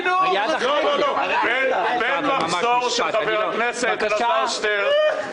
בן מחזור של חבר הכנסת אלעזר שטרן.